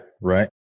right